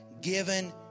given